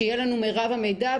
שיהיה לנו מרב המידע,